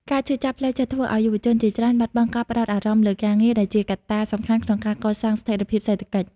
ការឈឺចាប់ផ្លូវចិត្តធ្វើឱ្យយុវជនជាច្រើនបាត់បង់ការផ្តោតអារម្មណ៍លើការងារ ដែលជាកត្តាសំខាន់ក្នុងការកសាងស្ថិរភាពសេដ្ឋកិច្ច។